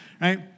Right